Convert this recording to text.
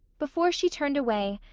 before she turned away,